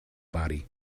body